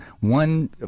one